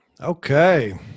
Okay